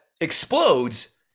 explodes